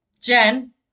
Jen